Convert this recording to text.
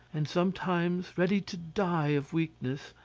and sometimes ready to die of weakness,